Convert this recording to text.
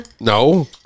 No